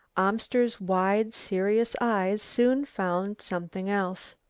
amster's wide serious eyes soon found something else.